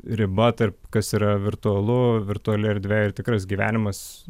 riba tarp kas yra virtualu virtuali erdvė ir tikras gyvenimas